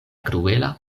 kruela